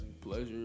pleasure